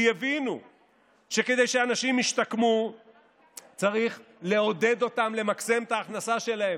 כי הבינו שכדי שאנשים ישתקמו צריך לעודד אותם למקסם את ההכנסה שלהם.